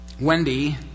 Wendy